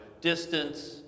distance